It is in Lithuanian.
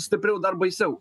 stipriau dar baisiau